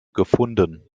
gefunden